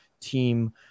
team